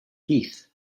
heath